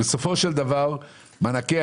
לצוות הבין-משרדי שמנהל את המכרזים